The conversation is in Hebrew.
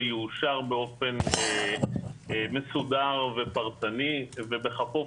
זה יאושר באופן מסודר ופרטני ובכפוף